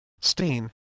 stain